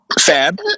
Fab